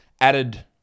added